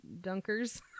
dunkers